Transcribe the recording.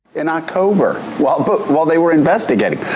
in october, while but while they were investigating,